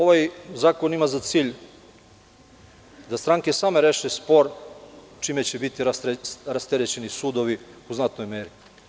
Ovaj zakon ima za cilj da stranke same reše spor, čime će biti rasterećeni sudovi u znatnoj meri.